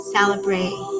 Celebrate